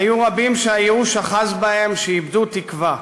היו רבים שהייאוש אחז בהם, שאיבדו תקווה.